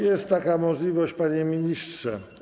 Jest taka możliwość, panie ministrze.